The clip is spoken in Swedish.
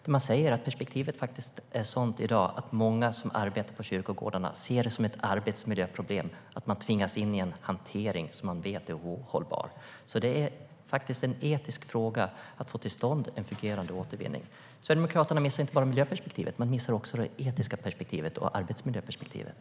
De säger att perspektivet i dag är sådant att många som arbetar på kyrkogårdarna ser det som ett arbetsmiljöproblem att de tvingas in i en hantering som man vet är ohållbar. Det är alltså en etisk fråga att få till stånd en fungerande återvinning. Sverigedemokraterna missar inte bara miljöperspektivet; de missar också det etiska perspektivet och arbetsmiljöperspektivet.